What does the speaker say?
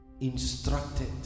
instructed